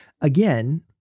again